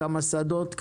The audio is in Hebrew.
כמה שדות,